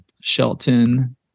Shelton